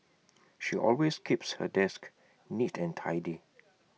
she always keeps her desk neat and tidy